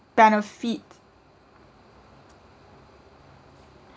benefit